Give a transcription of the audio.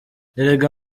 erega